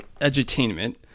edutainment